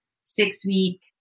six-week